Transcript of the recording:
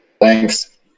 Thanks